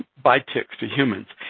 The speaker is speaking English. by ticks to humans.